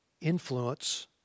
influence